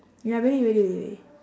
ya really really really